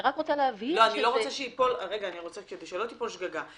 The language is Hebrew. אני רק רוצה להבהיר --- כדי שלא תיפול שגגה,